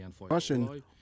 Russian